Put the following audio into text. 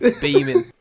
Beaming